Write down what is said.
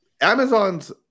Amazon's